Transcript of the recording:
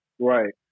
right